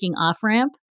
off-ramp